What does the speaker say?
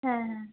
হ্যাঁ হ্যাঁ